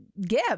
give